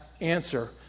answer